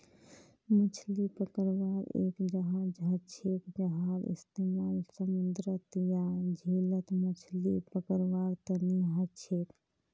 मछली पकड़वार एक जहाज हछेक जहार इस्तेमाल समूंदरत या झीलत मछली पकड़वार तने हछेक